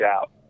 out